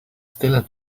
still